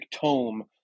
tome